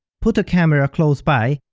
put a camera close by,